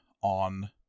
on